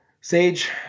sage